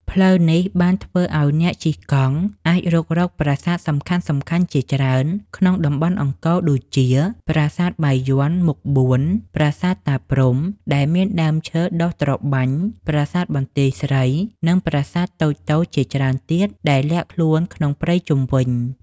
ផ្លូវនេះបានធ្វើឲ្យអ្នកជិះកង់អាចរុករកប្រាសាទសំខាន់ៗជាច្រើនក្នុងតំបន់អង្គរដូចជា ប្រាសាទបាយ័នមុខបួន ប្រាសាទតាព្រហ្មដែលមានដើមឈើដុះត្របាញ់ ប្រាសាទបន្ទាយស្រី និងប្រាសាទតូចៗជាច្រើនទៀតដែលលាក់ខ្លួនក្នុងព្រៃជុំវិញ។